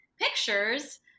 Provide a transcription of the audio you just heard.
pictures